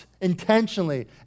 intentionally